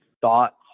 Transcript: thoughts